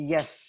Yes